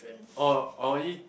orh orh y~